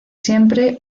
siempre